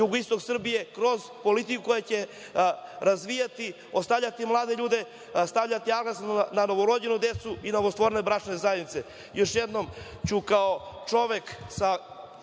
jugoistok Srbije kroz politiku koja će razvijati, ostavljati mlade ljude, stavljati akcenat na novorođenu decu i na novostvorene bračne zajednice, još jednom ću kao čovek sa